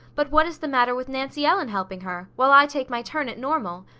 but what is the matter with nancy ellen helping her, while i take my turn at normal?